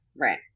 right